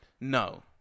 No